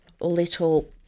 little